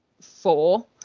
four